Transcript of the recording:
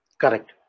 Correct